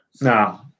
No